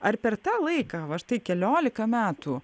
ar per tą laiką va štai keliolika metų